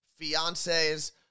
fiancés